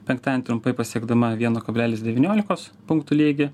penktadienį trumpai pasiekdama vieno kablelis devyniolikos punktų lygį